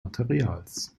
materials